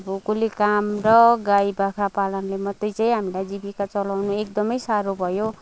अब कुल्ली काम र गाई बाख्रा पालनले मात्रै चाहिँ हामीलाई जीविका चलाउनु एकदमै साह्रो भयो